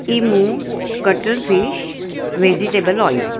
emu cuttlefish vegetable oil